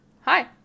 Hi